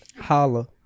holla